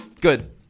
Good